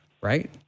Right